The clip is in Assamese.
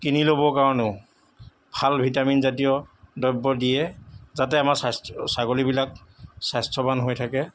কিনি ল'বৰ কাৰণেও ভাল ভিটামিনজাতীয় দ্ৰব্য দিয়ে যাতে আমাৰ স্বাস্থ্য ছাগলীবিলাক স্বাস্থ্যৱান হৈ থাকে